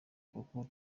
kuko